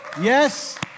Yes